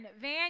Van